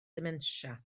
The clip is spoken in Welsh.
dementia